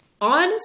On